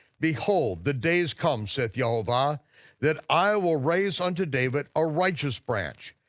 behold, the days come saith yehovah that i will raise unto david a righteous branch,